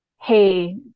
Hey